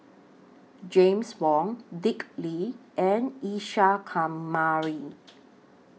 James Wong Dick Lee and Isa Kamari